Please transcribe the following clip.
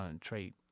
trait